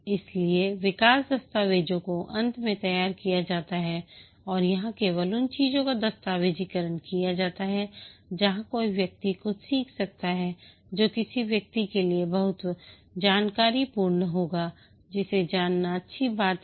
इसलिए विकास दस्तावेजों को अंत में तैयार किया जाता है और यहां केवल उन चीजों का दस्तावेजीकरण किया जाता है जहां कोई व्यक्ति कुछ सीख सकता है जो किसी व्यक्ति के लिए बहुत जानकारीपूर्ण होगा जिसे जानना अच्छी बात है